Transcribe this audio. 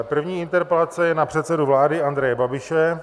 První interpelace je na předsedu vlády Andreje Babiše.